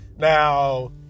Now